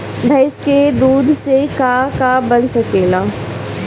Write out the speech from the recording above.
भइस के दूध से का का बन सकेला?